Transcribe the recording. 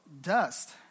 dust